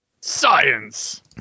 Science